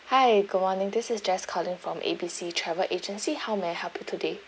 hi good morning this is jess calling from A B C travel agency how may I help you today